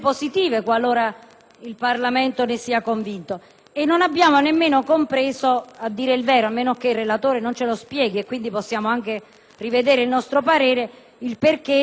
E non abbiamo nemmeno compreso, a dire il vero, a meno che il relatore non ce lo spieghi (per cui possiamo anche rivedere la nostra opinione), il motivo del parere contrario,